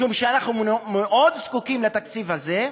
משום שאנחנו מאוד זקוקים לתקציב הזה.